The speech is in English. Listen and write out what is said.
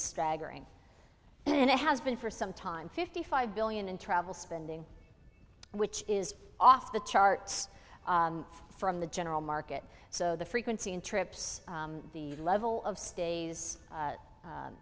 staggering and it has been for some time fifty five billion and travel spending which is off the charts from the general market so the frequency and trips the level of stays